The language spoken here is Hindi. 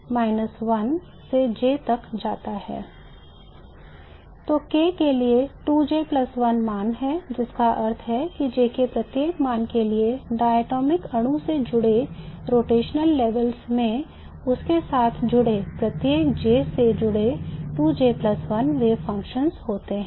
तो K के लिए 2J1 मान हैं जिसका अर्थ है कि J के प्रत्येक मान के लिए डायटोमिक अणु से जुड़े rotational energy levels में उनके साथ जुड़े प्रत्येक J से जुड़े 2 J 1 wave functions होते हैं